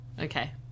Okay